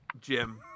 Jim